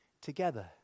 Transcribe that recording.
together